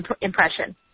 impression